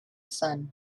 son